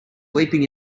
leaping